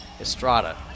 Estrada